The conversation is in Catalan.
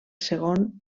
segon